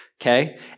okay